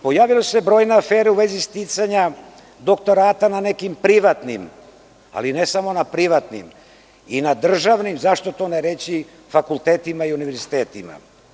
Pojavile su se brojne afere u vezi sticanja doktorata, ali ne samo na privatnim, i na državnim, zašto ne reći, fakultetima i univerzitetima.